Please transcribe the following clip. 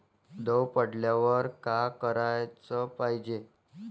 दव पडल्यावर का कराच पायजे?